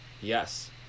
yes